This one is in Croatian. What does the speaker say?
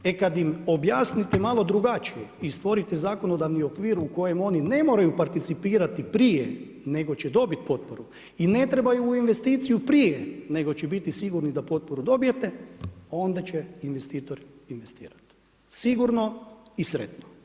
E kad im objasnite malo drugačije i stvorite zakonodavni okvir, u kojem oni ne moraju participirati prije nego će dobiti potporu i ne trebaju u investiciju prije nego će biti sigurni da potporu dobijete, onda će investitor investirati, sigurno i sretno.